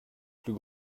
plus